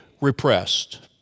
repressed